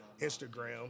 Instagram